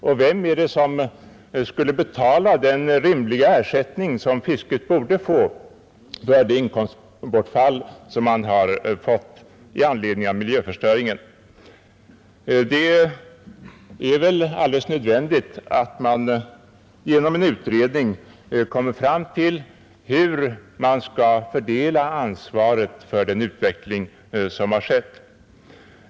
Och vem skall betala den ersättning som fisket rimligen borde få för inkomstbortfallet i anledning av miljöförstöringen? Det är väl alldeles nödvändigt att man genom en utredning klarlägger hur ansvaret skall fördelas för den utveckling som har skett.